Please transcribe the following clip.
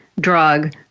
drug